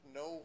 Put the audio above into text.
no